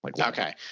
Okay